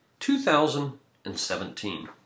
2017